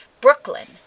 Brooklyn